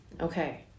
Okay